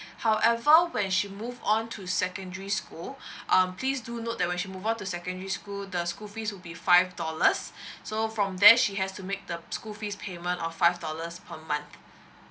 however when she move on to secondary school um please do note that when she move on to secondary school the school fees will be five dollars so from there she has to make the school fees payment of five dollars per month